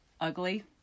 ugly